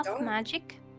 magic